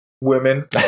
women